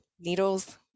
needles